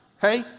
hey